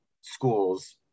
schools